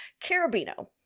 Carabino